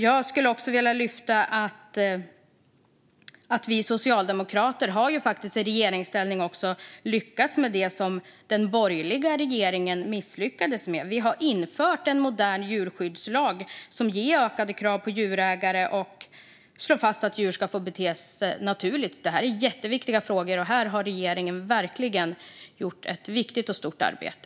Jag skulle också vilja lyfta att vi socialdemokrater i regeringsställning har lyckats med det som den borgerliga regeringen misslyckades med. Vi har infört en modern djurskyddslag, som ställer ökade krav på djurägare och slår fast att djur ska få bete sig naturligt. Detta är jätteviktiga frågor, och här har regeringen verkligen gjort ett viktigt och stort arbete.